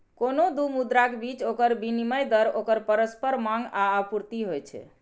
कोनो दू मुद्राक बीच ओकर विनिमय दर ओकर परस्पर मांग आ आपूर्ति होइ छै